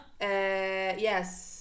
Yes